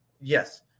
Yes